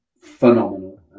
phenomenal